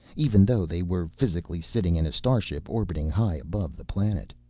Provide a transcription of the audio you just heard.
even though they were physically sitting in a starship orbiting high above the planet.